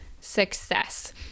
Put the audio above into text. success